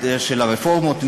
של הרפורמות,